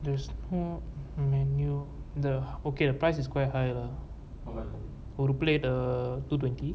there's no menu the okay the price is quite high lah ஒரு:oru plate two twenty